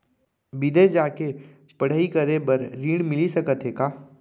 बिदेस जाके पढ़ई करे बर ऋण मिलिस सकत हे का?